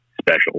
special